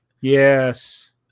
Yes